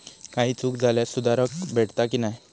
काही चूक झाल्यास सुधारक भेटता की नाय?